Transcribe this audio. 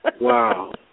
Wow